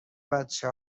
بچه